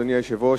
אדוני היושב-ראש,